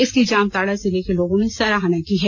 इसकी जामताड़ा जिले के लोगों ने सराहना की है